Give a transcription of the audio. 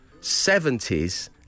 70s